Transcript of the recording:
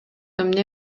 эмне